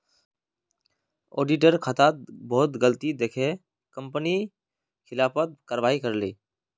auditor खातात बहुत गलती दखे कंपनी खिलाफत कारवाही करले